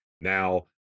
now